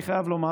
אני חייב לומר,